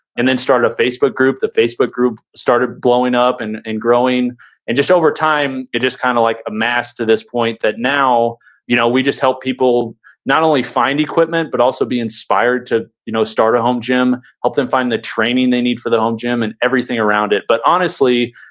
and then started a facebook group. the facebook group started blowing up and and growing and just over time, it just kinda kind of like a mass to this point that now you know we just help people not only find equipment but also be inspired to you know start a home gym, help them find the training they need for their home gym and everything around it. but honestly,